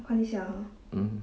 mm